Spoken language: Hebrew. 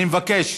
אני מבקש,